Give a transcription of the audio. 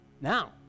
Now